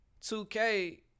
2K